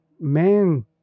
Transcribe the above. Man